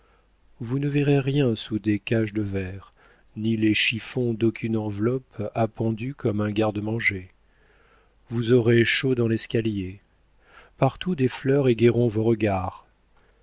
vous ne verrez rien sous des cages de verre ni les chiffons d'aucune enveloppe appendue comme un garde-manger vous aurez chaud dans l'escalier partout des fleurs égaieront vos regards